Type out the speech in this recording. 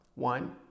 One